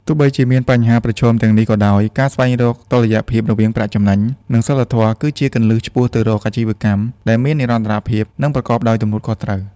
ទោះបីជាមានបញ្ហាប្រឈមទាំងនេះក៏ដោយ ការស្វែងរកតុល្យភាពរវាងប្រាក់ចំណេញ និងសីលធម៌គឺជាគន្លឹះឆ្ពោះទៅរកអាជីវកម្មដែលមាននិរន្តរភាព និងប្រកបដោយទំនួលខុសត្រូវ។